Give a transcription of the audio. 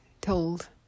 told